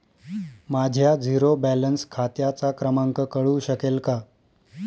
माझ्या zero balance खात्याचा क्रमांक कळू शकेल का?